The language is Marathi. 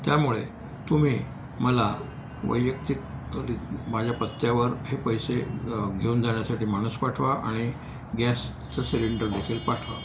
त्यामुळे तुम्ही मला वैयक्तिक माझ्या पत्त्यावर हे पैसे घेऊन जाण्यासाठी माणूस पाठवा आणि गॅसचं सिलेंडर देखील पाठवा